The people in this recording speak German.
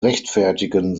rechtfertigen